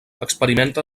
experimenta